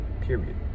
Period